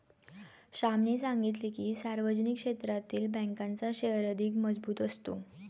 श्यामने सांगितले की, सार्वजनिक क्षेत्रातील बँकांचा शेअर अधिक मजबूत असतो